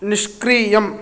निष्क्रियम्